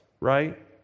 right